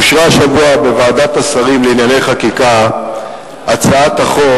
אושרה השבוע בוועדת השרים לענייני חקיקה הצעת החוק